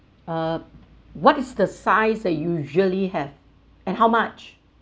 uh what is the size that usually have and how much